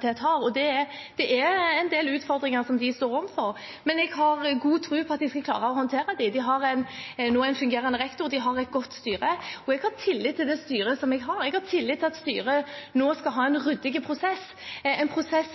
har, og det er en del utfordringer de står overfor, men jeg har god tro på at de skal klare å håndtere dem. De har nå en fungerende rektor, de har et godt styre, og jeg har tillit til det styret som jeg har, jeg har tillit til at styret nå skal ha en ryddig prosess, en prosess